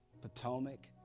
Potomac